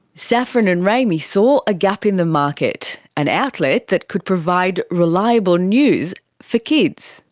saffron and remi saw a gap in the market, an outlet that could provide reliable news for kids.